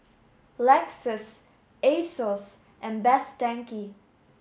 Lexus Asos and Best Denki